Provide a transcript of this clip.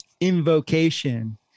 Invocation